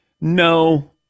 No